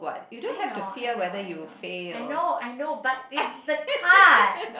I know I know I know I know I know but it's the card